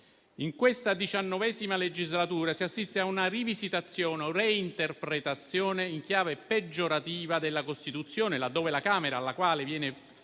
In questa XIX legislatura si assiste a una rivisitazione o reinterpretazione in chiave peggiorativa della Costituzione, laddove la Camera alla quale viene